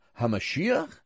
HaMashiach